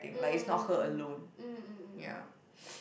mm mm mm mm mm mm